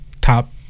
top